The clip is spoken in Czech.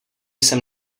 jsem